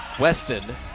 Weston